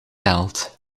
telt